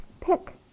pick